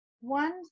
one